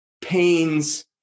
pains